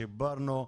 שיפרנו,